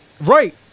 right